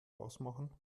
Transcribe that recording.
ausmachen